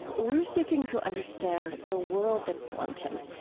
we're seeking to understand the world that formed him,